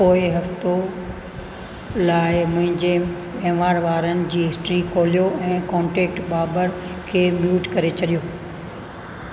पोएं हफ़्तो लाइ मुंहिंजे वहिंवार वारनि जी हिस्ट्री खोलियो ऐं कोन्टेक्ट बाबर खे म्यूट करे छॾियो